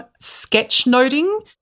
sketchnoting